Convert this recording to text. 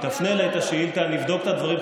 תפנה אליי את השאילתה, אני אבדוק את הדברים.